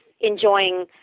enjoying